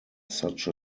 such